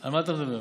על מה אתה מדבר?